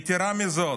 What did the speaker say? יתרה מזאת,